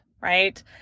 right